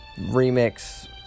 remix